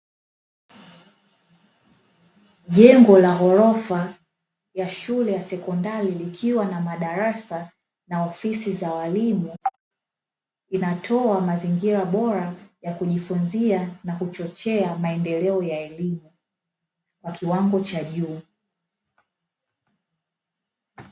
Jengo la ghorofa ya shule ya sekondari likiwa na madarasa na ofisi za walimu, linatoa mazingira bora ya kujifunzia na kuchochea maendeleo ya elimu kwa kiwango cha juu.